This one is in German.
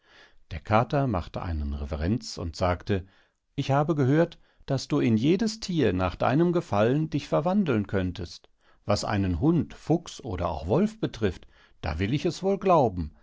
der kater machte einen reverenz und sagte ich habe gehört daß du in jedes thier nach deinem gefallen dich verwandeln könntest was einen hund fuchs oder auch wolf betrifft da will ich es wohl glauben